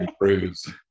cruise